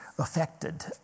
affected